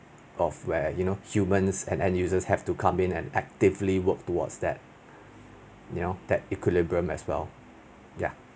of where you know humans and end-users have to come in and actively work towards that you know that equilibrium as well ya